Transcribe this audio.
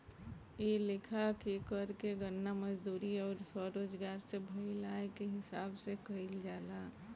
ए लेखा के कर के गणना मजदूरी अउर स्वरोजगार से भईल आय के हिसाब से कईल जाला